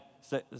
say